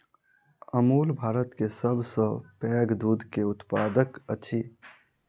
अमूल भारत के सभ सॅ पैघ दूध के उत्पादक अछि